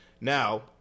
Now